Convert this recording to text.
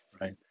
right